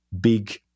big